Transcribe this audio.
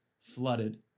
flooded